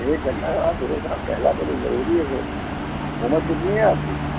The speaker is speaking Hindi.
एक घंटा दो घंटा आप टहला करो ज़रूरी है उमर कितनी है आपकी